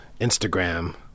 Instagram